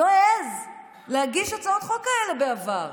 לא העז להגיש הצעות חוק כאלה בעבר.